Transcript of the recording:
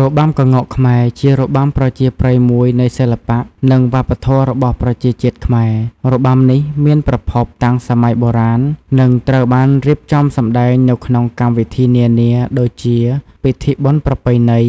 របាំក្ងោកខ្មែរ ជារបាំប្រជាប្រិយមួយនៃសិល្បៈនិងវប្បធម៌របស់ប្រជាជាតិខ្មែរ របាំនេះមានប្រភពតាំងសម័យបុរាណនិងត្រូវបានរៀបចំសម្ដែងនៅក្នុងកម្មវិធីនានា ដូចជា ពិធីបុណ្យប្រពៃណី